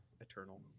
Eternal